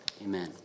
amen